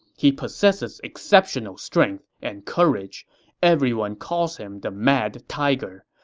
he possesses exceptional strength and courage. everyone calls him the mad tiger.